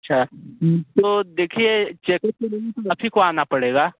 अच्छा तो देखिए चेकअप के लिए तो आप ही को आना पड़ेगा